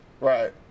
Right